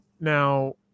Now